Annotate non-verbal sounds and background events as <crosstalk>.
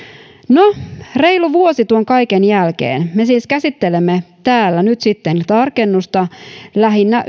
no reilu vuosi tuon kaiken jälkeen me siis käsittelemme täällä nyt sitten tarkennusta lähinnä <unintelligible>